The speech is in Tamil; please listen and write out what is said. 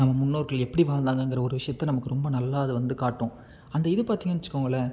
நம்ம முன்னோர்கள் எப்படி வாழ்ந்தாங்கங்கிற ஒரு விஷயத்தை நமக்கு ரொம்ப நல்லா அது வந்து காட்டும் அந்த இது பாத்தீங்கன்னு வெச்சுக்கோங்களேன்